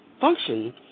function